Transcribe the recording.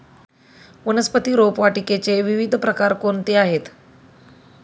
वनस्पती रोपवाटिकेचे विविध प्रकार कोणते आहेत?